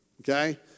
okay